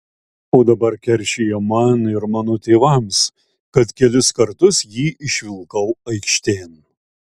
o dabar keršija man ir mano tėvams kad kelis kartus jį išvilkau aikštėn